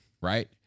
Right